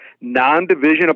non-division